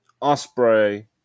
Osprey